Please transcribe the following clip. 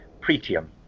pretium